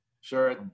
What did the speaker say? sure